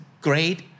great